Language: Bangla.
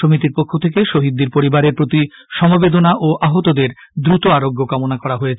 সমিতির পক্ষ থেকে শহীদদের পরিবারের প্রতি সমবেদনা ও আহতদের দ্রুত আরোগ্য কামনা করা হয়েছে